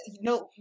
No